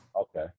Okay